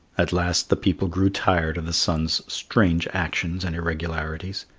at last the people grew tired of the sun's strange actions and irregularities.